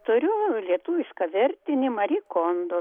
turiu lietuvišką vertinį mari kondo